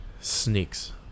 sneaks